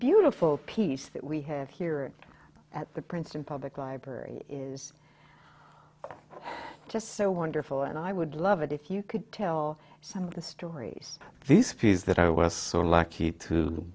beautiful piece that we have here at the princeton public library is just so wonderful and i would love it if you could tell some of the stories these fees that i was so lucky to